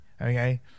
okay